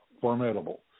formidable